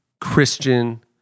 Christian